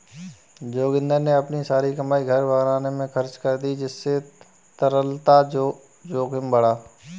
जोगिंदर ने अपनी सारी कमाई घर बनाने में खर्च कर दी जिससे तरलता जोखिम बढ़ा